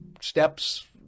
steps